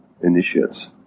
initiates